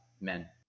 men